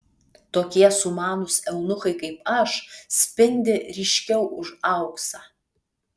tokie sumanūs eunuchai kaip aš spindi ryškiau už auksą